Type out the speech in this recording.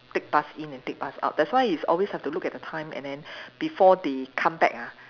take bus in and take and bus out that's why is always have to look at the time and then before they come back ah